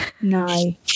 No